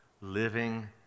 Living